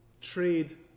trade